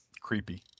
creepy